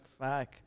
fuck